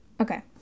Okay